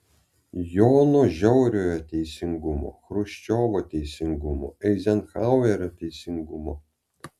jono žiauriojo teisingumo chruščiovo teisingumo eizenhauerio teisingumo